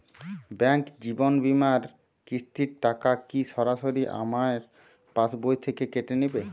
Bank জীবন বিমার কিস্তির টাকা কি সরাসরি আমার পাশ বই থেকে কেটে নিবে?